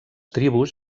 tribus